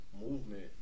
movement